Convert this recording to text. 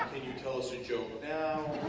can you tell us a joke now